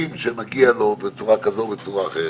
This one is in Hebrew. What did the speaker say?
ועד שזה לא מגיע לזכות לשאת משפחה,